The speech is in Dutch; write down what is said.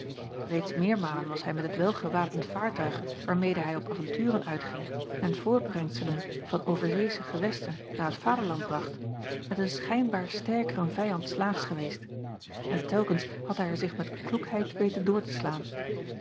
eeds meermalen was hij met het welgewapend vaartuig waarmede hij op avonturen uitging en voortbrengselen van overzeesche gewesten naar t vaderland bracht met een schijnbaar sterkeren vijand slaags geweest en telkens had hij er zich met kloekheid weten door te slaan